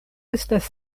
estas